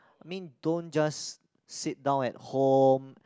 I mean don't just sit down at home